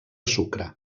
sucre